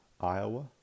Iowa